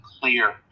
clear